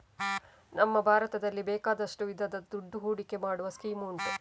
ನಮ್ಮ ಭಾರತದಲ್ಲಿ ಬೇಕಾದಷ್ಟು ವಿಧದ ದುಡ್ಡು ಹೂಡಿಕೆ ಮಾಡುವ ಸ್ಕೀಮ್ ಉಂಟು